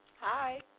Hi